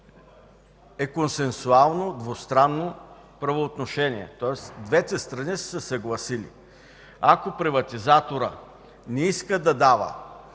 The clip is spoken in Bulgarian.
е консенсуално, двустранно правоотношение, тоест двете страни са се съгласили. Ако приватизаторът не иска да дава